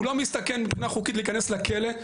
הוא לא מסתכן מבחינה חוקית להיכנס לכלא,